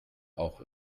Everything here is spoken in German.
auch